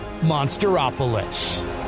Monsteropolis